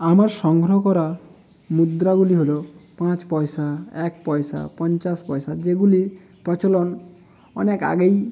আমার সংগ্রহ করা মুদ্রাগুলি হল পাঁচ পয়সা এক পয়সা পঞ্চাশ পয়সা যেগুলির প্রচলন অনেক আগেই